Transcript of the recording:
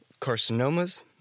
carcinomas